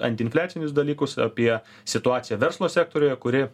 antiinfliacinius dalykus apie situaciją verslo sektoriuje kuri